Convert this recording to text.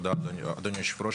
תודה לאדוני היושב ראש,